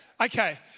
Okay